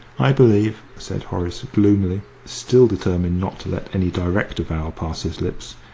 i believe, said horace, gloomily, still determined not to let any direct avowal pass his lips,